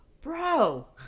bro